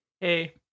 Hey